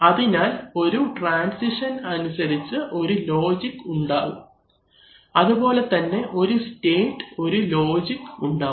അതിനാൽ ഒരു ട്രാൻസിഷൻ അനുസരിച്ച് ഒരു ലോജിക് ഉണ്ടാവും അതുപോലെതന്നെ ഒരു സ്റ്റേറ്റ് ഒരു ലോജിക് ഉണ്ടാവും